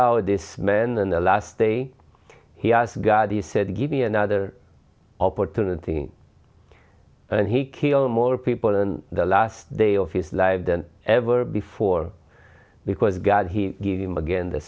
out this man in the last day he asked god he said give me another opportunity and he kill more people and the last day of his life than ever before because god he gave him again the